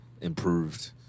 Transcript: improved